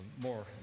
more